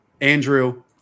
Andrew